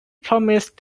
promised